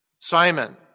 Simon